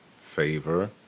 favor